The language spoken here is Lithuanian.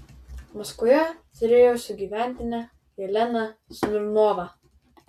maskvoje turėjau sugyventinę jeleną smirnovą